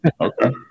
Okay